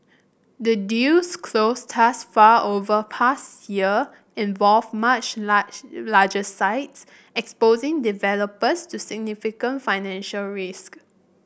the deals closed thus far over past year involved much large larger sites exposing developers to significant financial risk